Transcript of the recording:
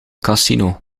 casino